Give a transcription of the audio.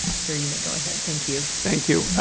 and sir, you may go ahead. thank you. thank you.